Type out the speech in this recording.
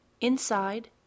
Inside